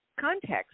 context